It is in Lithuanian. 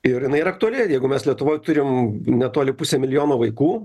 ir jinai yra aktuali jeigu mes lietuvoj turim netoli pusę milijono vaikų